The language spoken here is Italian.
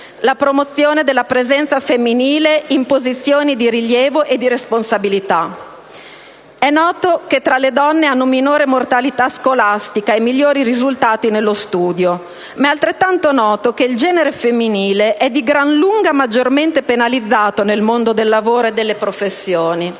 la promozione della presenza femminile in posizioni di rilievo e di responsabilità. È noto che le donne hanno minore mortalità scolastica e migliori risultati nello studio, ma è altrettanto noto che il genere femminile è di gran lunga penalizzato nel mondo del lavoro e delle professioni.